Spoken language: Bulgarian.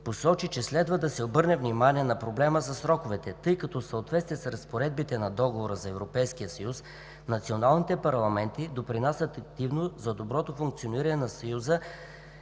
посочи, че следва да се обърне внимание на проблема със сроковете, тъй като в съответствие с разпоредбите на Договора за Европейския съюз, националните парламенти допринасят активно за доброто функциониране на Съюза,